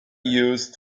used